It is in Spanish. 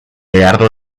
heraldo